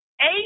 eight